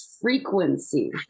frequency